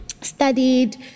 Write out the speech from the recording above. studied